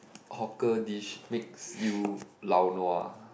hawker dish makes you lao nua